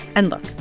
and, look.